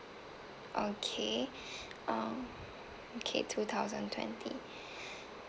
okay um okay two thousand twenty